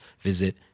visit